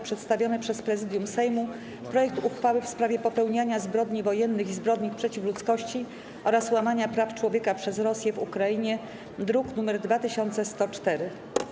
Przedstawiony przez Prezydium Sejmu projekt uchwały w sprawie popełniania zbrodni wojennych i zbrodni przeciw ludzkości oraz łamania praw człowieka przez Rosję w Ukrainie (druk nr 2104)